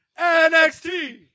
NXT